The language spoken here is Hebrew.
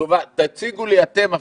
תציגו לי אתם אפילו,